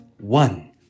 One